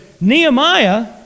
Nehemiah